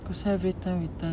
that was me conservatory